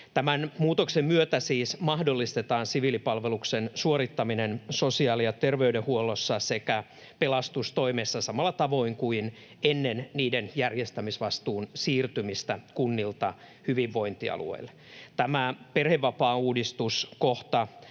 Tämän muutoksen myötä siis mahdollistetaan siviilipalveluksen suorittaminen sosiaali- ja terveydenhuollossa sekä pelastustoimessa samalla tavoin kuin ennen niiden järjestämisvastuun siirtymistä kunnilta hyvinvointialueille. Tämä perhevapaauudistuskohta